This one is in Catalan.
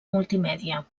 multimèdia